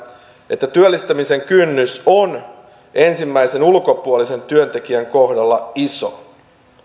että työllistämisen kynnys on ensimmäisen ulkopuolisen työntekijän kohdalla iso